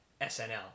SNL